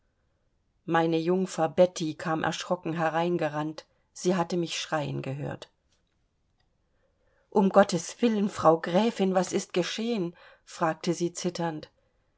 meine jungfer betti kam erschrocken hereingerannt sie hatte mich schreien gehört um gottes willen frau gräfin was ist geschehen fragte sie zitternd